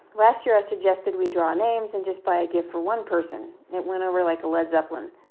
last year, i suggested we draw names and just buy a gift for one person. it went over like a lead zeppelin.